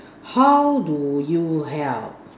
how do you help